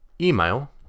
email